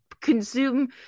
consume